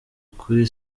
ukuri